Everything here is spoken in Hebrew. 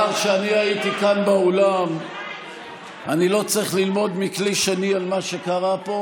הייתי כאן באולם אני לא צריך ללמוד מכלי שני על מה שקרה פה,